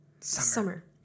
summer